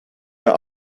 der